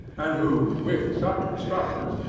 and who, with such instructors,